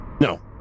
No